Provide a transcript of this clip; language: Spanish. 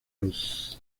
luz